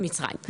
למצרים.